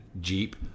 Jeep